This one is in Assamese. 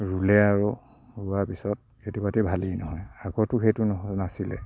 ৰুলে আৰু ৰুৱাৰ পিছত খেতি বাতি ভালেই নহয় আগততো সেইটো নহয় নাছিলে